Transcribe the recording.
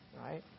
Right